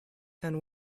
and